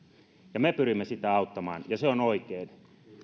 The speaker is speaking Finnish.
ja me pyrimme sitä auttamaan ja se on oikein